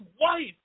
wife